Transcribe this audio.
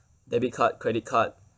debit card credit card